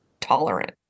tolerant